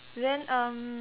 then um